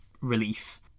relief